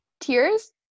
tears